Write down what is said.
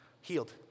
Healed